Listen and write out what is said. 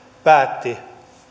päätti